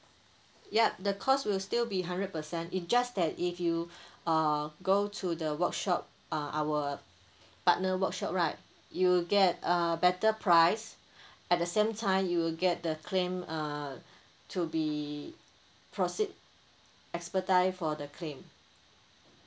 yup the cost will still be hundred percent it just that if you uh go to the workshop uh our partner workshop right you'll get uh better price at the same time you will get the claim uh to be proceed expedite for the claim